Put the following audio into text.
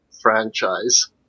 franchise